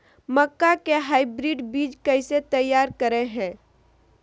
मक्का के हाइब्रिड बीज कैसे तैयार करय हैय?